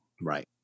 Right